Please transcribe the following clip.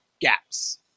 gaps